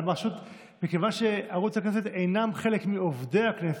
מכיוון שערוץ הכנסת אינם חלק מעובדי הכנסת,